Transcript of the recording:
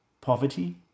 poverty